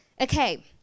Okay